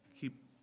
keep